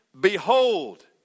behold